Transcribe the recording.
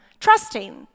trusting